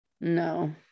no